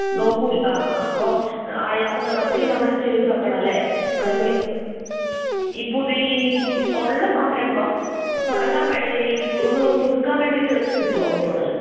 നോക്കുമല്ലേ ആ ആ അപ്പോൾ അപ്പം എന്താ അപ്പോഴത്തേക്കും നമ്മൾ ചെയ്ത് വെക്കണമല്ലേ തുടങ്ങി ഈ പുതിയ പുതിയ ഉള്ള സംരംഭം തുടങ്ങാൻ വേണ്ടി പുതു ഒന്ന് പുതുക്കാൻ വേണ്ടീട്ട് കിട്ടുമോ ലോൺ